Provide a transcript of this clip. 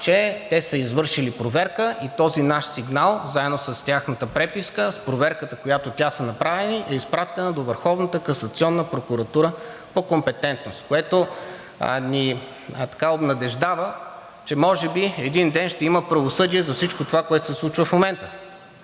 че те са извършили проверка и този наш сигнал, заедно с тяхната преписка, с проверката, която те са направили, е изпратена до Върховната касационна прокуратура по компетентност, което ни обнадеждава, че може би един ден ще има правосъдие за всичко това, което се случва в момента.